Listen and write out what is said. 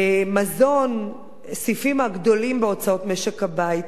מזון, הסעיפים הגדולים בהוצאות משק-הבית.